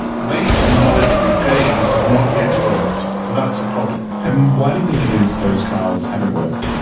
based on the knowledge we've gained, have not yet worked, and that's a problem. and why do you think it is those trials haven't worked?